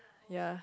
ya